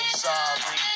sorry